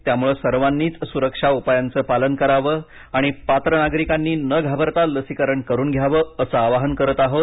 त्यामुळे सर्वांनीच सुरक्षा उपायांचं पालन करावं आणि पात्र नागरिकांनी न घाबरता लसीकरण करून घ्यावं असं आवाहन करत आहोत